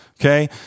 okay